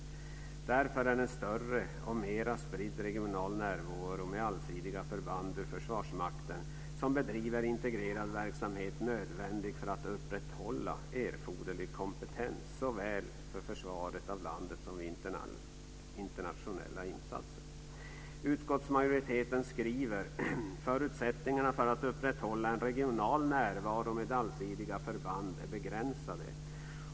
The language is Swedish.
Därför är en större och mera spridd regional närvaro med allsidiga förband ur Försvarsmakten som bedriver integrerad verksamhet nödvändig för att upprätthålla erforderlig kompetens såväl för försvaret av landet som vid internationella insatser. Utskottsmajoriteten skriver bl.a.: "Förutsättningarna för att upprätthålla en regional närvaro med allsidiga förband är begränsade."